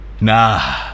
Nah